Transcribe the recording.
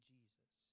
Jesus